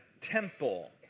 temple